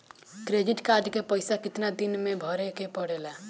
Credit card के पइसा कितना दिन में भरे के पड़ेला?